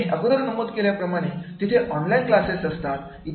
मी अगोदर नमूद केल्याप्रमाणे तिथे ऑनलाईन क्लासेस असतात